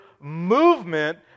movement